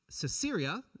Caesarea